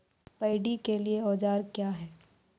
Paddy के लिए औजार क्या हैं?